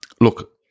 Look